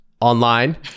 online